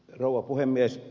rouva puhemies